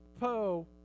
Poe